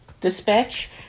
Dispatch